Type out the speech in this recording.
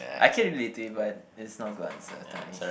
I can relate to it but it's not a good answer to me